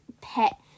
Pet